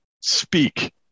speak